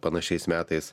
panašiais metais